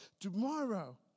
tomorrow